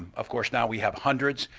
of course, now we have hundreds.